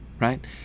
right